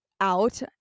out